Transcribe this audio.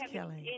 Kelly